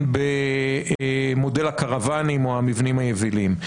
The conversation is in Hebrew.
במודל הקרוואנים או המבנים היבילים.